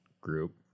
group